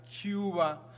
Cuba